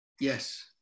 Yes